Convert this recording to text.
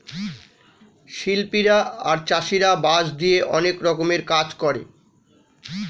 শিল্পীরা আর চাষীরা বাঁশ দিয়ে অনেক রকমের কাজ করে